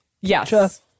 Yes